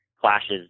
clashes